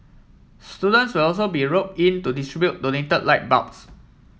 students will also be rop in to distribute donated light bulbs